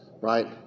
right